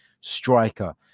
striker